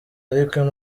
ariko